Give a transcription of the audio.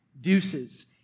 deuces